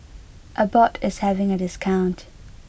Abbott is having a discount